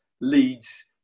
leads